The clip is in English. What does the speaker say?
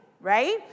right